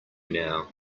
now